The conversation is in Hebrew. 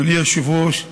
אדוני היושב-ראש,